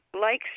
likes